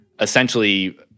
essentially